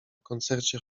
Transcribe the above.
koncercie